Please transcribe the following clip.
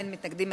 אין מתנגדים,